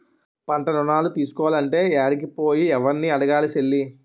పంటరుణాలు తీసుకోలంటే యాడికి పోయి, యెవుర్ని అడగాలి సెల్లీ?